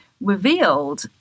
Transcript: revealed